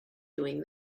doing